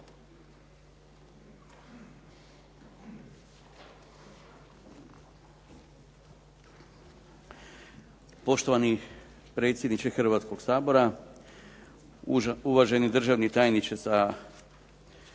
Poštovani predsjedniče Hrvatskoga sabora, uvaženi državni tajniče sa kolegicom